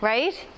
Right